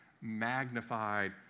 magnified